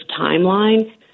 timeline